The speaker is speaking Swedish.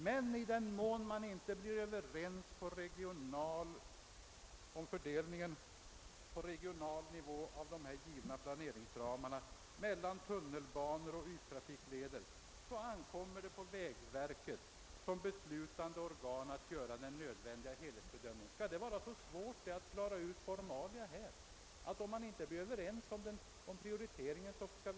Men i den mån man inte blir överens på regional nivå om fördelningen mellan tunnelbanor och yttrafikleder så ankommer det på vägverket att göra den nödvändiga helhetsbedömningen. Skall det vara så svårt att klara ut dessa formalia.